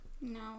No